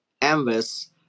canvas